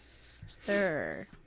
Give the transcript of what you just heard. sir